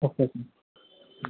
okay sir